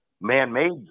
man-made